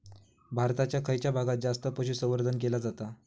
भारताच्या खयच्या भागात जास्त पशुसंवर्धन केला जाता?